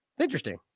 Interesting